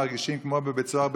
מרגישים כמו בבית סוהר,